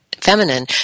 feminine